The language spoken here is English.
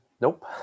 nope